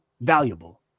valuable